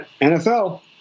NFL